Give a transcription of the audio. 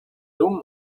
dumm